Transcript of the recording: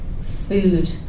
food